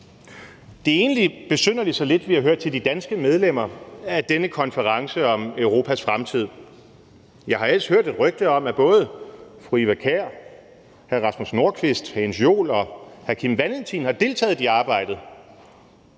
Det er egentlig besynderligt, så lidt vi har hørt til de danske medlemmer af denne konference om Europas fremtid. Jeg har ellers hørt et rygte om, at både fru Eva Kjær, hr. Rasmus Nordqvist, hr. Jens Joel og hr. Kim Valentin har deltaget i arbejdet.